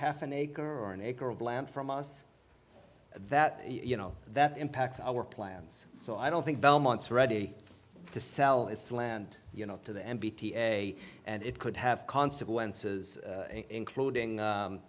half an acre or an acre of land from us that you know that impacts our plans so i don't think belmont's ready to sell its land you know to the n b t n a and it could have consequences including